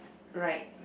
right